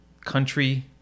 country